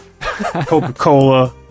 Coca-Cola